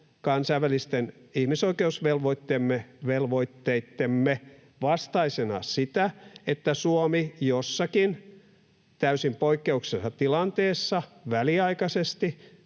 kansainvälisten ihmisoikeusvelvoitteittemme vastaisena sitä, että Suomi jossakin täysin poikkeuksellisessa tilanteessa väliaikaisesti